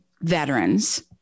veterans